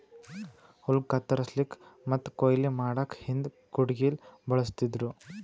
ಹುಲ್ಲ್ ಕತ್ತರಸಕ್ಕ್ ಮತ್ತ್ ಕೊಯ್ಲಿ ಮಾಡಕ್ಕ್ ಹಿಂದ್ ಕುಡ್ಗಿಲ್ ಬಳಸ್ತಿದ್ರು